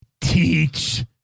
teach